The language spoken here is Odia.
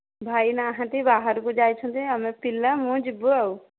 ଭାଇ ନହାଁନ୍ତି ବାହାରକୁ ଯାଇଛନ୍ତି ଆମେ ପିଲା ମୁଁ ଯିବୁ ଆଉ